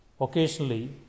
occasionally